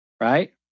Right